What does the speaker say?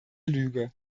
lüge